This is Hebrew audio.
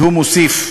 והוא מוסיף,